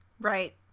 Right